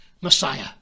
Messiah